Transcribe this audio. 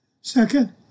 Second